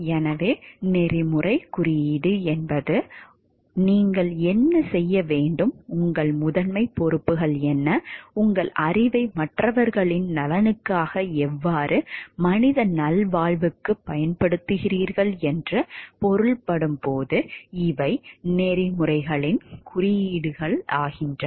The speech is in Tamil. எனவே நெறிமுறைக் குறியீடு என்பது நீங்கள் என்ன செய்ய வேண்டும் உங்கள் முதன்மைப் பொறுப்புகள் என்ன உங்கள் அறிவை மற்றவர்களின் நலனுக்காக எவ்வாறு மனித நல்வாழ்வுக்கு பயன்படுத்துகிறீர்கள் என்று பொருள்படும் போது இவை நெறிமுறைகளின் குறியீடுகளாகும்